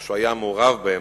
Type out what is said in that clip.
או שהיה מעורב בהם,